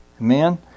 Amen